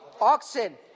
oxen